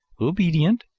obedient,